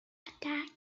attacks